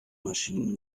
maschinen